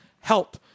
help